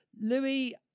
Louis